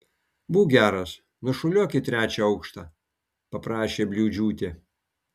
būk geras nušuoliuok į trečią aukštą paprašė bliūdžiūtė